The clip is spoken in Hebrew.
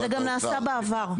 זה נעשה גם בעבר.